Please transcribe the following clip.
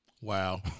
Wow